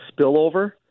spillover